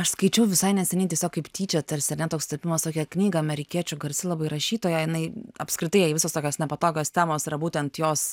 aš skaičiau visai neseniai tiesiog kaip tyčia tarsi ar ne toks sutapimas tokią knygą amerikiečių garsi labai rašytoja jinai apskritai jai visos tokios nepatogios temos yra būtent jos